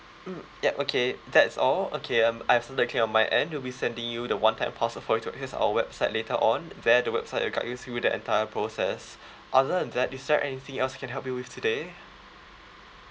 mm yup okay that's all okay um as for the claim on my end we'll be sending you the one time password for you to access our website later on there at the website it will guide you through the entire process other than that is there anything else I can help you with today